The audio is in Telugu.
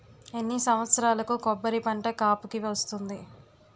ఎన్ని సంవత్సరాలకు కొబ్బరి పంట కాపుకి వస్తుంది?